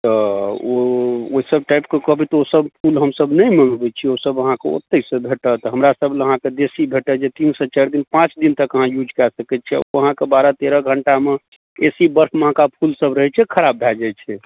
तऽ ओ ओसब टाइपके कहबै तऽ ओ फूल हमसब नै मँगबै छिए ओसब अहाँके ओत्तहिसँ भेटत हमरासबलग अहाँके देसी भेटत जे तीनसँ चारि दिन पाँच दिन तक अहाँ यूज कऽ सकै छिए आओर अहाँके बारह तेरह घण्टामे ए सी बसमे का फूलसब रहै छै खराब भइए जाइ छै